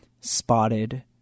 spotted